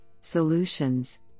Solutions